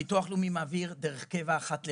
הביטוח הלאומי מעביר דרך קבע אחת לחודש,